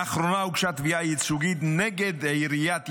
לאחרונה הוגשה תביעה ייצוגית נגד עיריית ירושלים,